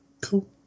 Cool